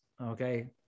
Okay